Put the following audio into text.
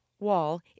Wall